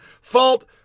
fault